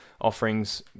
offerings